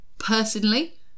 Personally